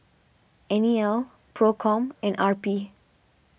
N E L Procom and R P